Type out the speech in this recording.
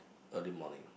early morning